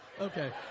Okay